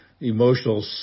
emotional